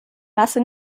masse